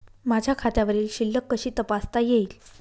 माझ्या खात्यावरील शिल्लक कशी तपासता येईल?